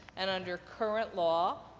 and under current law,